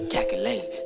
Calculate